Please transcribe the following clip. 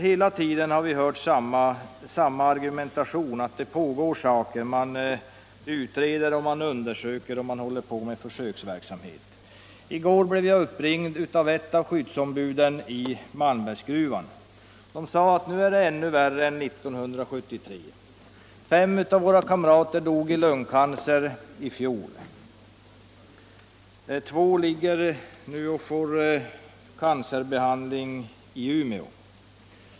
Hela tiden har vi mött samma argument: man utreder och undersöker och håller på med förskningsverksamhet. I går blev jag uppringd av ett skyddsombud i Malmbergsgruvan som sade att det är ännu värre nu än 1973. Fem av kamraterna dog i lungcancer i fjol, och två ligger nu på sjukhus i Umeå och får behandling mot cancer.